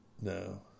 No